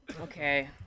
Okay